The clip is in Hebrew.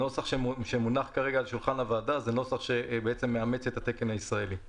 הנוסח שמונח כרגע על שולחן הוועדה זה נוסח שמאמץ את התקן הישראלי.